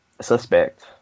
suspect